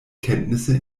kenntnisse